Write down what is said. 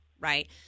right